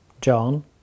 John